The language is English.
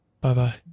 Bye-bye